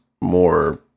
more